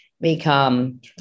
become